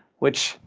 which.